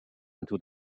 into